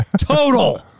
total